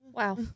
wow